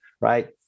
right